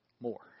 more